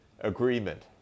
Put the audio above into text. Agreement